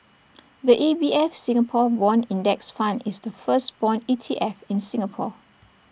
the A B F Singapore Bond index fund is the first Bond E T F in Singapore